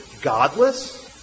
godless